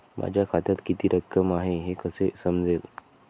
माझ्या खात्यात किती रक्कम आहे हे कसे समजेल?